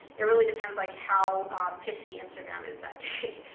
it really depends like how pissy instagram is that day.